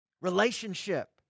relationship